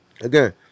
again